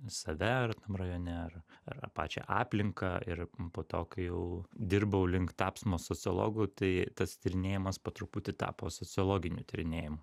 save ar rajone ar ar ar pačią aplinką ir po to kai jau dirbau link tapsmo sociologu tai tas tyrinėjimas po truputį tapo sociologiniu tyrinėjimu